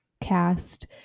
cast